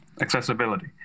accessibility